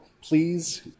please